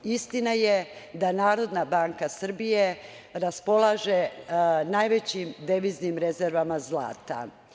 Istina je da Narodna banka Srbije raspolaže najvećim deviznim rezervama zlata.